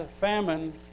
famine